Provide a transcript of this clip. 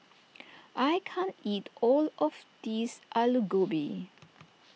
I can't eat all of this Alu Gobi